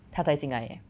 她才进来 eh